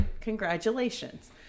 congratulations